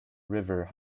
river